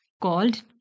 called